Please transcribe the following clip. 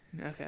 Okay